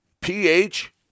PH